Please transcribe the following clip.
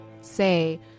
say